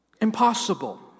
Impossible